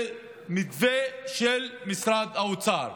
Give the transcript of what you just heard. זה מתווה של משרד האוצר.